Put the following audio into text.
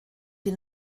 die